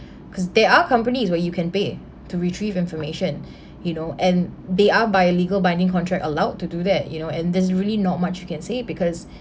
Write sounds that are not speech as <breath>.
cause they are companies where you can pay to retrieve information <breath> you know and they are by a legal binding contract allowed to do that you know and there's really not much you can say because